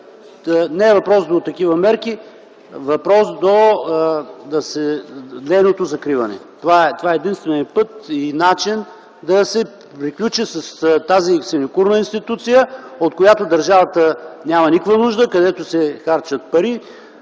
не е въпрос до такива мерки, а е въпрос за нейното закриване. Това е единственият път и начин да се приключи с тази синекурна институция, от която държавата няма никаква нужда, където се харчат пари.